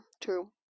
true